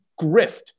grift